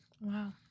Wow